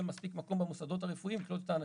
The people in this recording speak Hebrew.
מספיק מקום במוסדות הרפואיים לקלוט את האנשים.